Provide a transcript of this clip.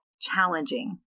challenging